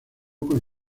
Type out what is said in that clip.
con